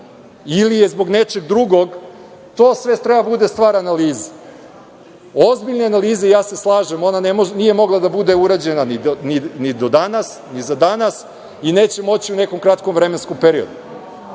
ili je zbog nečeg drugog, to sve treba da bude stvar analize, ozbiljne analize i slažem se, ona nije mogla da bude urađena ni do danas, ni za danas i neće moći u nekom kratkom vremenskom periodu,